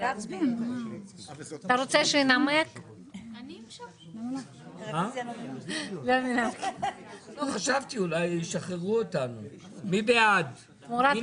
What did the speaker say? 9. מי בעד קבלת הרוויזיה?